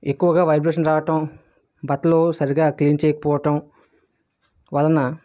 ఎక్కువగా వైబ్రేషన్ రావటం బట్టలు సరిగ్గా క్లీన్ చేయకపోవటం వలన